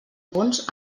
punts